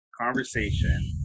conversation